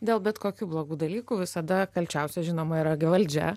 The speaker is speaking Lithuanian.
dėl bet kokių blogų dalykų visada kalčiausia žinoma yra gi valdžia